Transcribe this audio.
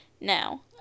Now